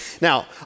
Now